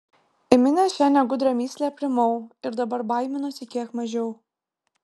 įminęs šią negudrią mįslę aprimau ir dabar baiminuosi kiek mažiau